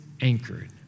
anchored